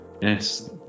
yes